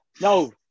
No